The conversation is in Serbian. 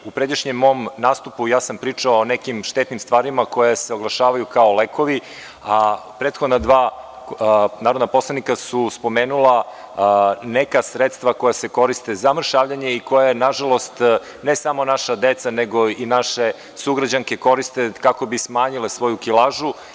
U pređašnjem mom nastupu ja sam pričao o nekim štetnim stvarima koje se oglašavaju kao lekovi, a prethodna dva narodna poslanika su spomenula neka sredstva koja se koriste za mršavljenje i koja, nažalost, ne samo naša deca, nego i naše sugrađanke koriste kako bi smanjile svoju kilažu.